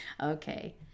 Okay